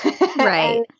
right